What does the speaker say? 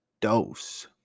dose